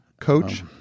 coach